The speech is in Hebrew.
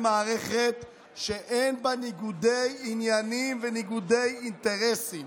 למערכת שאין בה ניגודי עניינים וניגודי אינטרסים.